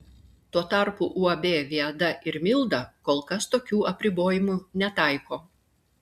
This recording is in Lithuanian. tuo tarpu uab viada ir milda kol kas tokių apribojimų netaiko